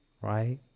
right